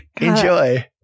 Enjoy